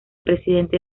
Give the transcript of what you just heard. presidente